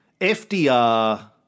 FDR